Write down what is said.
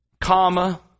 Comma